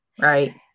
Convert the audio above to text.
Right